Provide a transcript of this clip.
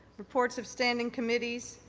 reports of standing committees.